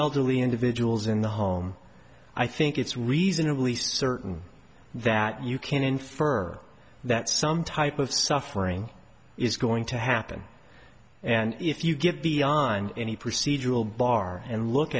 elderly individuals in the home i think it's reasonably certain that you can infer that some type of suffering is going to happen and if you get beyond any procedural bar and look